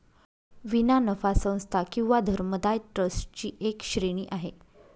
विना नफा संस्था किंवा धर्मदाय ट्रस्ट ची एक श्रेणी आहे